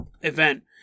event